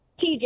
TJ